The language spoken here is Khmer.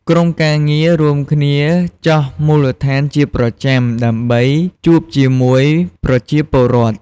ក្រុមការងាររួមគ្នាចុះមូលដ្ឋានជាប្រចាំ ដើម្បីជួបជាមួយប្រជាពលរដ្ឋ។